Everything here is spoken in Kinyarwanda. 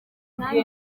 nanjye